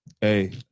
Hey